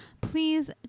Please